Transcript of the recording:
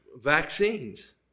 vaccines